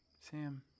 Sam